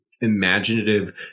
imaginative